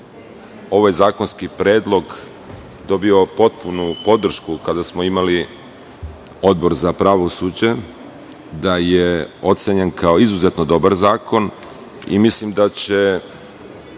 ovaj zakonski predlog dobio potpunu podršku kada smo imali Odbor za pravosuđe, da je ocenjen kao izuzetno dobar zakon, i mislim da će,